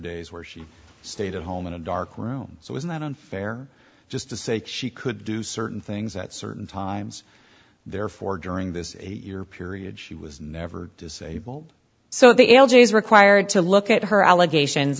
days where she stayed at home in a dark room so it's not unfair just to say she could do certain things at certain times therefore during this period she was never disabled so the l g is required to look at her allegations